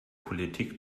politik